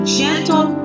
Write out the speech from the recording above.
gentle